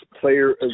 player